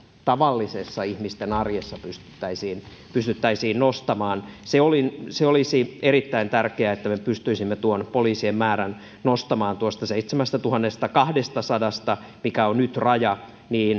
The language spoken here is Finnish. ihmisten tavallisessa arjessa pystyttäisiin pystyttäisiin nostamaan se olisi erittäin tärkeää että me pystyisimme tuon poliisien määrän nostamaan tuosta seitsemästätuhannestakahdestasadasta mikä on nyt raja